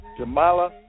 Jamala